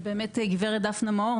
אולי הגברת דפנה מאור,